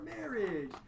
marriage